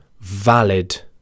valid